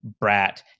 brat